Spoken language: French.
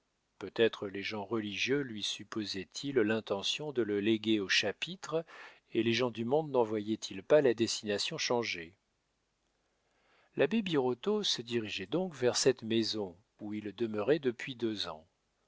peut-être les gens religieux lui supposaient ils l'intention de le léguer au chapitre et les gens du monde n'en voyaient-ils pas la destination changée l'abbé birotteau se dirigeait donc vers cette maison où il demeurait depuis deux ans